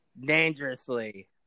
dangerously